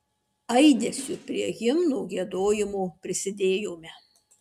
aidesiu prie himno giedojimo prisidėjome